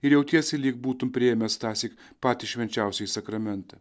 ir jautiesi lyg būtum priėmęs tąsyk patį švenčiausiąjį sakramentą